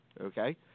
okay